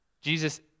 Jesus